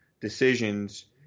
decisions